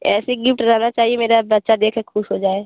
ऐसी गिफ्ट रहना चाहिए मेरा बच्चा देखे ख़ुश हो जाए